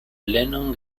lennon